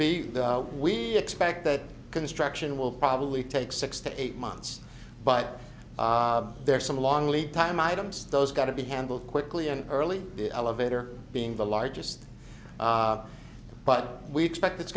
be we expect that construction will probably take six to eight months but there are some long lead time items those got to be handled quickly and early the elevator being the largest but we expect it's